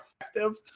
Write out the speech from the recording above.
effective